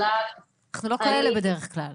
אנחנו לא כאלה בדרך כלל.